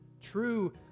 true